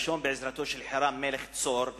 הראשון בעזרתו של חירם מלך צור,